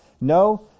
No